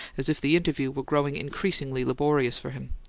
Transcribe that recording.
as if the interview were growing increasingly laborious for him.